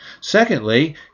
secondly